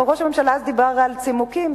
ראש הממשלה אז דיבר על צימוקים.